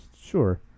Sure